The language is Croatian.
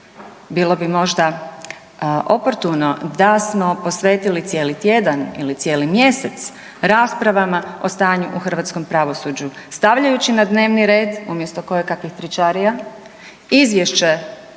bilo bi možda oportuno da smo posvetili cijeli tjedan ili cijeli mjesec raspravama o stanju u hrvatskom pravosuđu stavljajući na dnevni red umjesto koje kakvih tričarija izvješće